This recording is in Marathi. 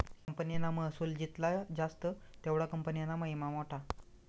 कंपनीना महसुल जित्ला जास्त तेवढा कंपनीना महिमा मोठा